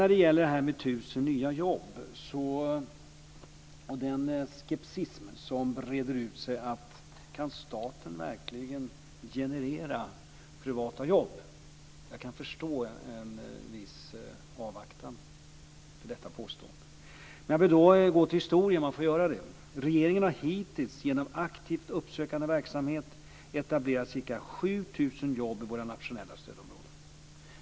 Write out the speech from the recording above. När det gäller det här med tusen nya jobb och den skepticism som breder ut sig kring om staten verkligen kan generera privata jobb kan jag förstå att det är en viss avvaktan. Jag kanske får gå tillbaka till historien. Regeringen har hittills genom aktiv uppsökande verksamhet etablerat ca 7 000 jobb i våra nationella stödområden.